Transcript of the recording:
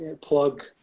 plug